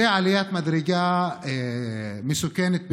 זו עליית מדרגה מסוכנת ביותר,